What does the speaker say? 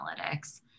analytics